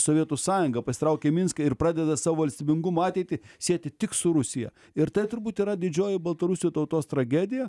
sovietų sąjungą pasitraukia į minską ir pradeda savo valstybingumo ateitį sieti tik su rusija ir tai turbūt yra didžioji baltarusių tautos tragedija